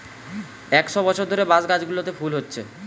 একশ বছর ধরে বাঁশ গাছগুলোতে ফুল হচ্ছে